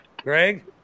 Greg